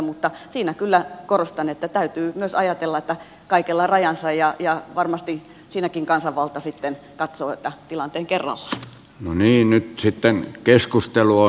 mutta siinä kyllä korostan että täytyy myös ajatella että kaikella on rajansa ja varmasti siinäkin kansanvalta sitten katsoo tilanteen kerrot mun ei nyt sitten keskustelua